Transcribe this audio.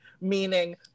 meaning